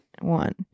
one